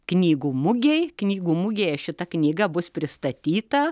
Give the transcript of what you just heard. knygų mugei knygų mugėje šita knyga bus pristatyta